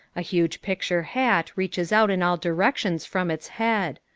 a huge picture hat reaches out in all directions from its head.